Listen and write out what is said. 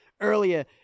earlier